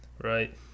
Right